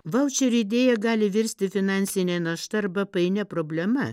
vaučerių idėja gali virsti finansine našta arba painia problema